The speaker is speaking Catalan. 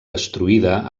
destruïda